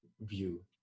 view